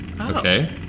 Okay